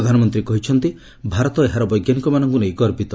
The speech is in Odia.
ପ୍ରଧାନମନ୍ତ୍ରୀ କହିଛନ୍ତି ଭାରତ ଏହାର ବୈଜ୍ଞାନିକମାନଙ୍କ ନେଇ ଗର୍ବିତ